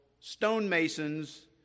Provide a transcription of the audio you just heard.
stonemasons